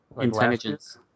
Intelligence